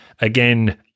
again